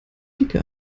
dicke